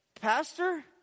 pastor